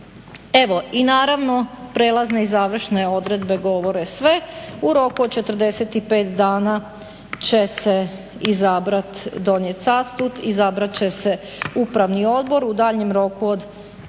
Evo i naravno prijelazne i završne odredbe govore sve. U roku od 45 dana će se izabrat, donijet statut, izabrat će se upravni odbor, u daljnjem roku od 30